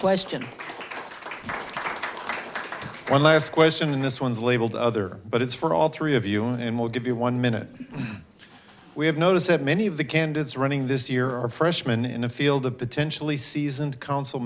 you one last question and this one's labeled other but it's for all three of you and we'll give you one minute we have noticed that many of the candidates running this year are freshman in a field of potentially seasoned council